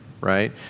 right